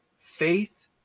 faith